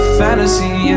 fantasy